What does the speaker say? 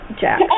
Jack